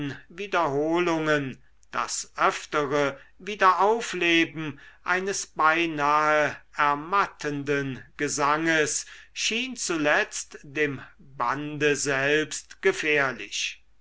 wiederholungen das öftere wiederaufleben eines beinahe ermattenden gesanges schien zuletzt dem bande selbst gefährlich